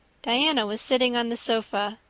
diana was sitting on the sofa,